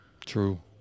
True